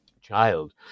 child